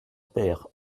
peyre